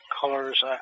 colors